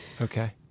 Okay